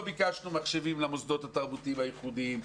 לא ביקשנו מחשבים למוסדות התרבותיים הייחודיים,